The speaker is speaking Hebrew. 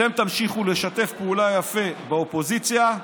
אתם תמשיכו לשתף פעולה יפה באופוזיציה,